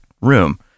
room